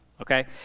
Okay